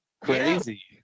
crazy